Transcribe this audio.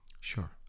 Sure